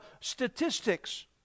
statistics